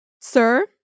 Sir